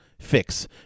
fix